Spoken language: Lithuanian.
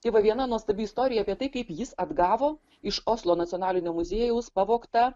tai va viena nuostabi istorija apie tai kaip jis atgavo iš oslo nacionalinio muziejaus pavogtą